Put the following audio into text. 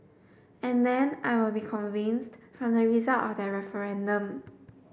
and then I will be convinced from the result of that referendum